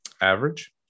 average